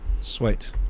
Sweet